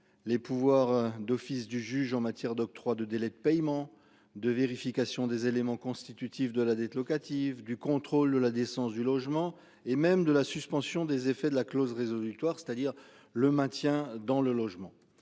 les pouvoirs d'office du juge en matière d'octroi de délais de paiement de vérification des éléments constitutifs de la dette locative du contrôle de la décence du logement et même de la suspension des effets de la clause résolutoire c'est-à-dire le maintien dans le logement.